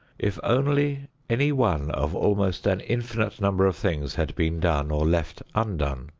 if only any one of almost an infinite number of things had been done or left undone,